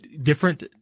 different